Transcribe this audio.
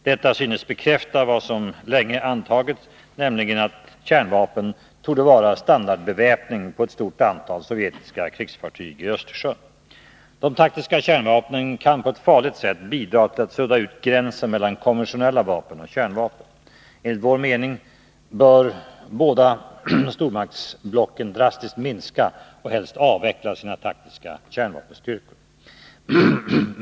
Detta synes bekräfta vad som länge antagits, nämligen att kärnvapen torde vara standardbeväpning på ett stort antal sovjetiska krigsfartyg i Östersjön. De taktiska kärnvapnen kan på ett farligt sätt bidra till att sudda ut gränsen mellan konventionella vapen och kärnvapen. Enligt vår mening bör båda stormaktsblocken drastiskt minska och helst avveckla sina taktiska kärnvapenstyrkor.